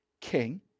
king